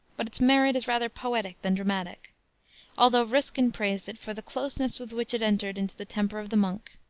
but its merit is rather poetic than dramatic although ruskin praised it for the closeness with which it entered into the temper of the monk.